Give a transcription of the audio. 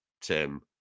Tim